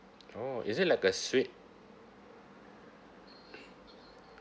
oh is it like a suite